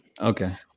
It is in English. okay